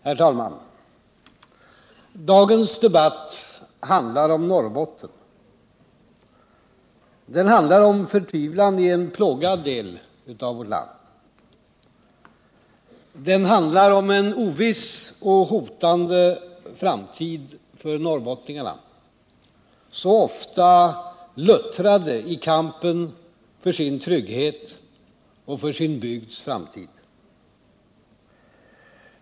Herr talman! Dagens debatt handlar om Norrbotten. Den handlar om förtvivlan i en plågad del av vårt land. Den handlar om en oviss och hotande framtid för norrbottningarna, så ofta luttrade i kampen för sin trygghet och för sin bygds framtid.